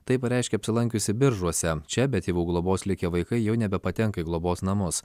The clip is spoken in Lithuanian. tai pareiškė apsilankiusi biržuose čia be tėvų globos likę vaikai jau nebepatenka į globos namus